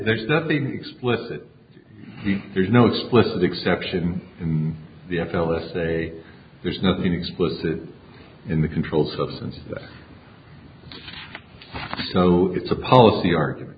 there's nothing explicit there's no explicit exception in the n f l the say there's nothing explicit in the controlled substance so it's a policy argument